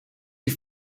die